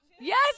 Yes